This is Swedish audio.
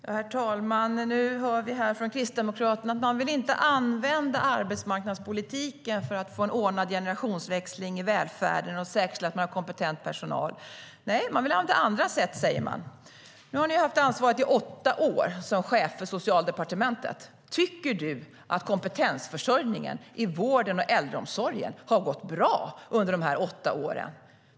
Herr talman! Nu hör vi från Kristdemokraterna att man inte vill använda arbetsmarknadspolitiken för att få en ordnad generationsväxling i välfärden och säkerställa att det finns kompetent personal. Man använder andra sätt, säger man. Nu har Kristdemokraterna haft ansvaret i åtta år som chef för Socialdepartementet. Tycker Désirée Pethrus att kompetensförsörjningen i vården och äldreomsorgen har gått bra under de åtta åren?